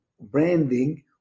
branding